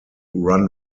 run